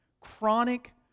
Chronic